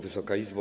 Wysoka Izbo!